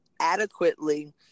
adequately